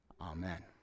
Amen